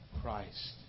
Christ